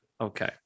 Okay